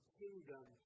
kingdom